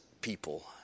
people